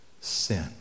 sin